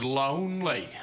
lonely